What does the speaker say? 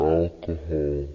alcohol